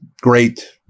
Great